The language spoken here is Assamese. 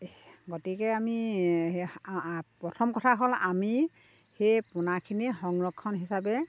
গতিকে আমি প্ৰথম কথা হ'ল আমি সেই পোনাখিনি সংৰক্ষণ হিচাপে